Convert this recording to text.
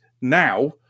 now